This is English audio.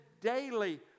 daily